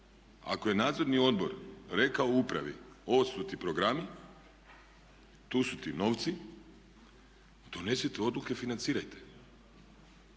ako je nadzorni odbor rekao upravi ovo su ti programi, tu su ti novci, donesite odluke, financirajte.